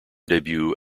debut